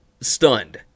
stunned